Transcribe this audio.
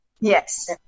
Yes